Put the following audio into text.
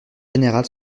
général